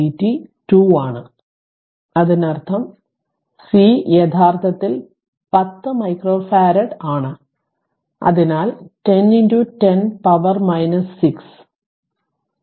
അതിനാൽ അതിനർത്ഥം C യഥാർത്ഥത്തിൽ 10 മൈക്രോഫറാഡ് ആണ് അതിനാൽ 10 10 പവർ 6 ഫറാഡ്